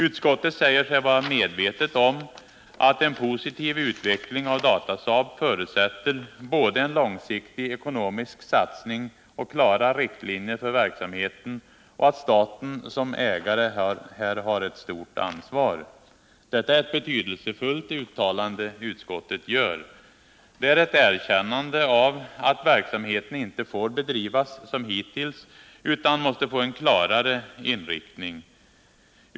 Utskottet säger sig vara medvetet om att en positiv utveckling av Datasaab förutsätter både en långsiktig ekonomisk satsning och klara riktlinjer för verksamheten, och att staten som ägare här har ett stort ansvar. Detta är ett betydelsefullt uttalande som utskottet gör. Det är ett erkännande av att verksamheten inte får bedrivas som hittills, utan måste få en klarare inriktning.